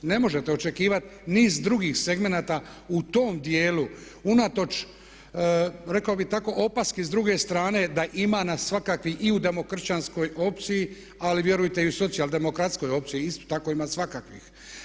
Ne možete očekivati niz drugi segmenata u tom dijelu, unatoč, rekao bih tako opaski s druge strane da ima nas svakakvih i u demokršćanskoj opciji ali vjerujte i u socijaldemokratskoj opciji isto tako ima svakakvih.